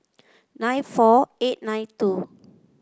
nine four eight nine two